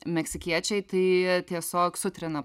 meksikiečiai tai tiesiog sutrina